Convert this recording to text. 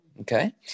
okay